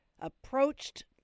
approached